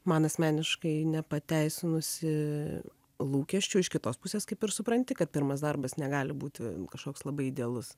man asmeniškai nepateisinusį lūkesčių iš kitos pusės kaip ir supranti kad pirmas darbas negali būti kažkoks labai idealus